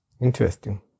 Interesting